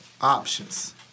options